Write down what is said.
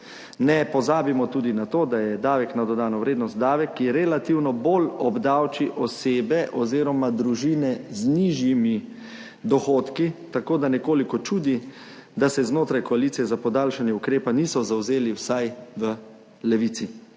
Ne pozabimo tudi na to, da je davek na dodano vrednost davek, ki relativno bolj obdavči osebe oziroma družine z nižjimi dohodki, tako da nekoliko čudi, da se znotraj koalicije za podaljšanje ukrepa niso zavzeli, vsaj v Levici.